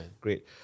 Great